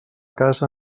casa